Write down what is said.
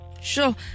sure